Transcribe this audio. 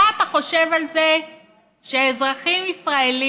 מה אתה חושב על זה שאזרחים ישראלים